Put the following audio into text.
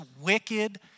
wicked